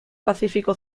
pacífico